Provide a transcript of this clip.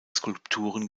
skulpturen